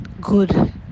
good